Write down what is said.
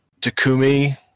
Takumi